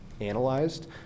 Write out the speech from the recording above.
Analyzed